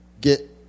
get